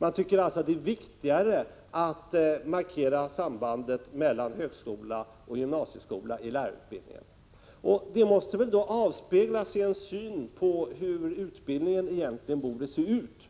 Reservanterna tycker att det är viktigare att markera sambandet mellan högskola och gymnasieskola i lärarutbildningen. Detta måste avspeglas i synen på hur utbildningen egentligen borde se ut.